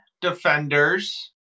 Defenders